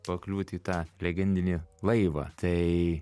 pakliūti į tą legendinį laivą tai